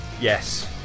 Yes